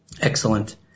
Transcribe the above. Excellent